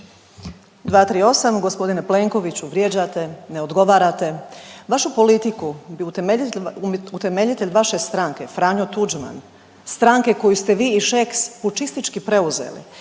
238, g. Plenkoviću, vrijeđate, ne odgovarate. Vašu politiku bi utemeljitelj vaše stranke, Franjo Tuđman, stranke koju ste vi i Šeks pučistički preuzeli,